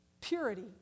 purity